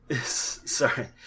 Sorry